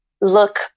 look